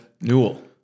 Newell